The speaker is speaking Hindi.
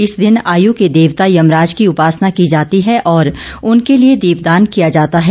इस दिन आयु के देवता यमराज की उपासना की जाती है और उनके लिये दीप दान किया जाता है